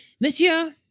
Monsieur